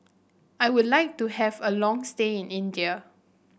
I would like to have a long stay in India